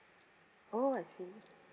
oh I see